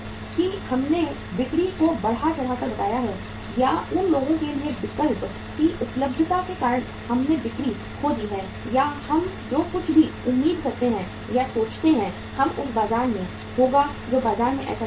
कि हमने बिक्री को बढ़ा चढ़ा कर बताया है या उन लोगों के लिए विकल्प की उपलब्धता के कारण हमने बिक्री खो दी है या हम जो कुछ भी उम्मीद करते हैं या सोचते हैं वह उस बाजार में होगा जो बाजार में ऐसा नहीं हुआ